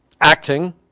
acting